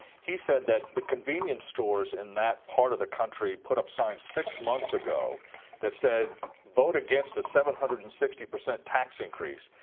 he said that the convenience stores in that part of the country put up signs six months ago that said vote against a seven hundred and sixty seven percent tax increase.